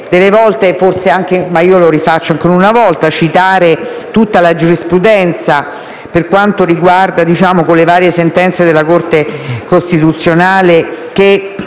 grazie.